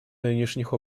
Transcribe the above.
нынешних